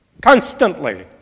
Constantly